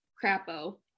Crapo